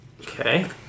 Okay